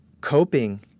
coping